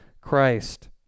Christ